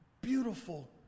beautiful